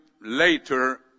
later